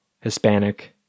Hispanic